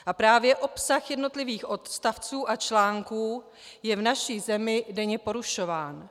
A právě obsah jednotlivých odstavců a článků je v naší zemi denně porušován.